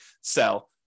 sell